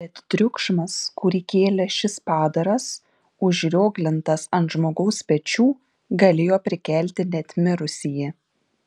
bet triukšmas kurį kėlė šis padaras užrioglintas ant žmogaus pečių galėjo prikelti net mirusįjį